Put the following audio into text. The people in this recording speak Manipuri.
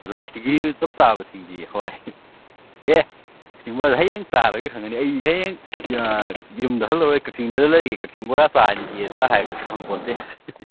ꯑꯗꯨꯅ ꯁꯤꯒꯤ ꯆꯞ ꯆꯥꯕꯁꯤꯡꯗꯤ ꯍꯣꯏ ꯑꯦ ꯍꯌꯦꯡ ꯆꯥꯔꯒ ꯈꯪꯒꯅꯤ ꯑꯩ ꯍꯌꯦꯡ ꯌꯨꯝꯗ ꯍꯜꯂꯔꯣꯏ ꯀꯛꯆꯤꯡꯗꯗ ꯂꯩꯔꯒꯦ ꯀꯛꯆꯤꯡ ꯕꯣꯔꯥ ꯆꯥꯈꯤꯒꯦꯗ ꯍꯥꯏꯕꯁꯨ ꯈꯪꯄꯣꯠꯇꯦ